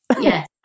Yes